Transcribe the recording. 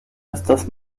estas